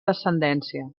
descendència